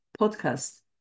podcast